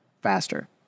faster